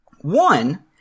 One